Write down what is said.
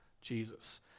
Jesus